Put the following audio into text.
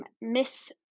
Miss